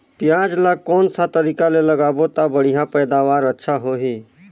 पियाज ला कोन सा तरीका ले लगाबो ता बढ़िया पैदावार अच्छा होही?